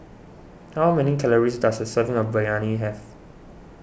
how many calories does a serving of Biryani have